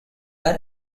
are